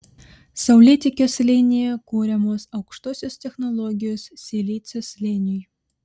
saulėtekio slėnyje kuriamos aukštosios technologijos silicio slėniui